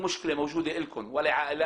הישיבה ננעלה בשעה 11:30.